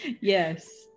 Yes